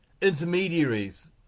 intermediaries